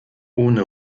ohne